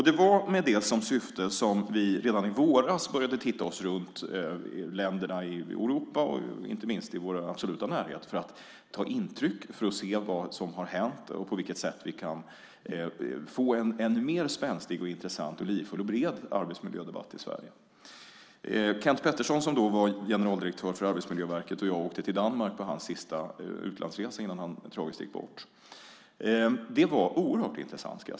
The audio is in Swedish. Det var med detta som syfte som vi redan i våras började se oss runt i länderna i Europa och inte minst i vår absoluta närhet för att ta intryck och se vad som har hänt och på vilket sätt vi kan få en mer spänstig, intressant, livfull och bred arbetsmiljödebatt i Sverige. Kenth Pettersson, som då var generaldirektör för Arbetsmiljöverket, och jag åkte till Danmark - hans sista utlandsresa innan han tragiskt gick bort - och det var oerhört intressant.